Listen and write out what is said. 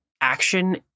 action